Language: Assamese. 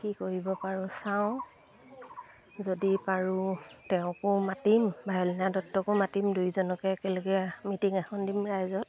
কি কৰিব পাৰোঁ চাওঁ যদি পাৰোঁ তেওঁকো মাতিম ভায়লিনা দত্তকো মাতিম দুয়োজনকে একেলগে মিটিং এখন দিম ৰাইজত